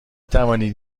توانید